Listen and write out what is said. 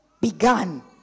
begun